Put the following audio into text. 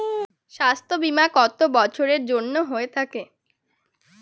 স্বাস্থ্যবীমা কত বছরের জন্য হয়ে থাকে?